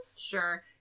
Sure